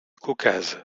caucase